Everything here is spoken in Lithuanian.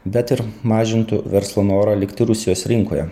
bet ir mažintų verslo norą likti rusijos rinkoje